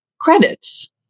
credits